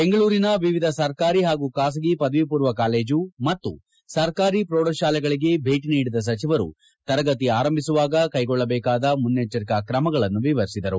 ಬೆಂಗಳೂರಿನ ವಿವಿಧ ಸರ್ಕಾರಿ ಹಾಗೂ ಖಾಸಗಿ ಪದವಿ ಪೂರ್ವ ಕಾಲೇಜು ಮತ್ತು ಸರ್ಕಾರಿ ಪ್ರೌಢಶಾಲೆಗಳಿಗೆ ಭೇಟಿ ನೀಡಿದ ಸಚಿವರು ತರಗತಿ ಆರಂಭಿಸುವಾಗ ಕೈಗೊಳ್ಳಬೇಕಾದ ಮುನ್ನೆಚ್ಚರಿಕೆ ತ್ರಮಗಳನ್ನು ವಿವರಿಸಿದರು